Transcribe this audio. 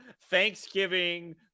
Thanksgiving